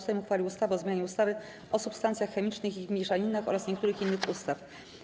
Sejm uchwalił ustawę o zmianie ustawy o substancjach chemicznych i ich mieszaninach oraz niektórych innych ustaw.